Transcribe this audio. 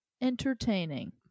entertaining